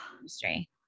industry